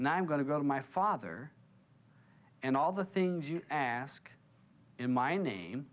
and i'm going to go to my father and all the things you ask in my name